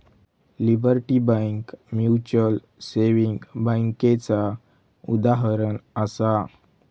liberty Bank Mutual saving बैंकेचा उदाहरणं आसा